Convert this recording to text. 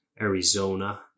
Arizona